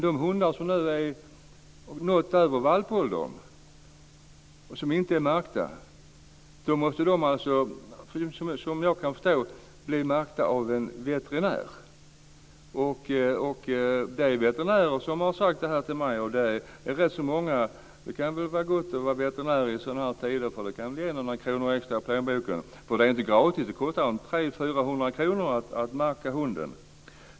De hundar som har nått över valpåldern och som inte är märkta måste, såvitt jag förstår, bli märkta av en veterinär. Det kan vara gott att vara veterinär i dessa tider, för det kan bli en eller annan krona extra i plånboken. Märkning är inte gratis. Det kostar 300-400 kr att märka hunden.